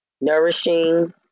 nourishing